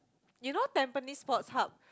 you know Tampines Sports Hub